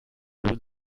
rule